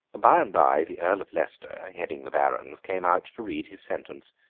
by-and-by, the earl of leicester, heading the barons, came out to read his sentence.